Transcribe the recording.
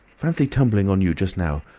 fancy tumbling on you just now!